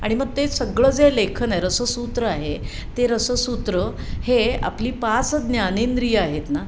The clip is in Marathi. आणि मग ते सगळं जे लेखन आहे रससूत्र आहे ते रससूत्र हे आपली पाच ज्ञानेंद्रीय आहेत ना